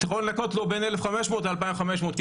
את יכולה לנכות לו בין 1,500 ל-2,500 שקלים,